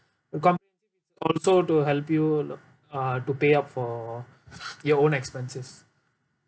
com~ also to help you uh to pay up for your own expenses